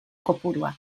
kopurua